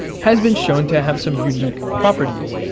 has been shown to have some unique properties.